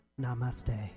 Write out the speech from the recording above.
Namaste